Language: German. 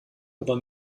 aber